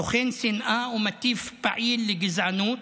סוכן שנאה ומטיף פעיל לגזענות,